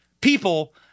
people